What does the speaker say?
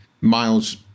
Miles